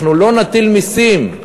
אנחנו לא נטיל מסים,